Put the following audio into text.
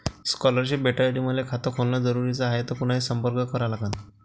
Scholarship भेटासाठी मले खात खोलने गरजेचे हाय तर कुणाशी संपर्क करा लागन?